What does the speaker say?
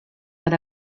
that